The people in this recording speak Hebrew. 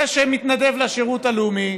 זה שמתנדב לשירות הלאומי,